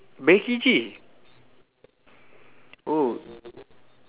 becky G oh